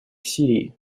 сирии